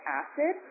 acid